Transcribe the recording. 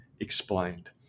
Explained